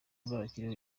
uzabakiriho